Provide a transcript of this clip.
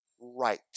right